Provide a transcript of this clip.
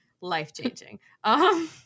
Life-changing